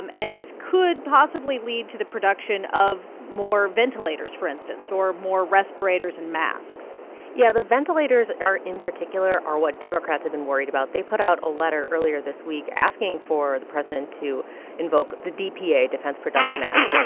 and and this could possibly lead to the production of more ventilators, for instance, or more respirators and masks yeah, the ventilators are in particular are what democrats have been worried about. they put out a letter earlier this week asking for the president to invoke the dpa, defense production act.